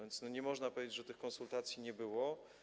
Więc nie można powiedzieć, że tych konsultacji nie było.